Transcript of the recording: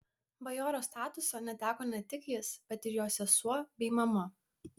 bajoro statuso neteko ne tik jis bet ir jo sesuo bei mama